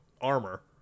armor